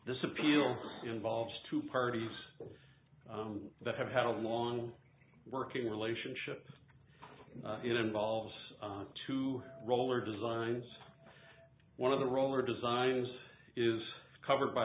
this appeals involves two parties that have had a long working relationship and it involves two roller designs one of the rover designs is covered by